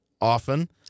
often